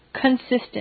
consistent